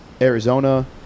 Arizona